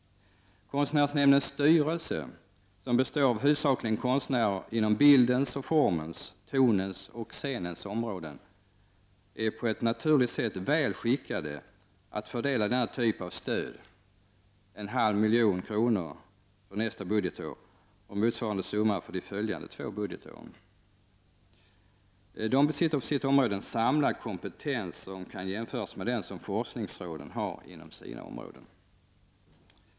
Konstnärsnämndens styrelse som huvudsakligen består av konstnärer inom bildens och formens, tonens och scenens områden är på ett naturligt sätt väl skickad att fördela denna typ av stöd — 0,5 milj.kr. för nästa budgetår och motsvarande summa för de följande två budgetåren. Konstnärsnämnden besitter på sitt område en samlad kompetens, jämbördig med den som forskningsråden har inom sina områden.